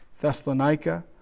Thessalonica